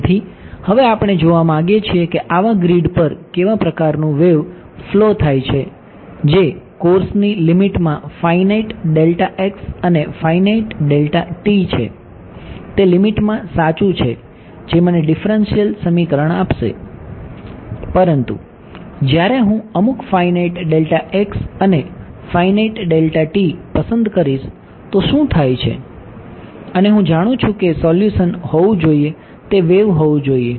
તેથી હવે આપણે જોવા માંગીએ છીએ કે આવા ગ્રીડ પર કેવા પ્રકારનું વેવ ફ્લો થાય છે જે કોર્ષની લિમિટમાં ફાઇનાઇટ અને ફાઇનાઇટ છે તે લિમિટમાં સાચું છે જે મને ડિફરન્શિયલ સમીકરણ આપશે પરંતુ જ્યારે હું અમુક ફાઇનાઇટ અને ફાઇનાઇટ પસંદ કરીશ તો શું થાય છે અને હું જાણું છું કે શું સોલ્યુશન હોવું જોઈએ તે વેવ હોવું જોઈએ